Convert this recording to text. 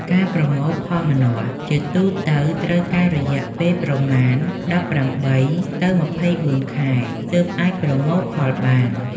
ការប្រមូលផលម្នាស់ ជាទូទៅត្រូវការរយៈពេលប្រមាណ ១៨ ទៅ ២៤ ខែ ទើបអាចប្រមូលផលបាន។